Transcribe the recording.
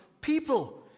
people